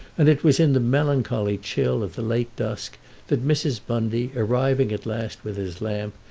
and it was in the melancholy chill of the late dusk that mrs. bundy, arriving at last with his lamp,